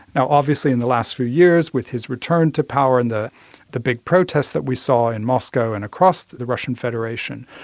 obviously in the last few years with his return to power and the the big protests that we saw in moscow and across the russian federation,